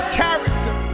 character